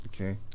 Okay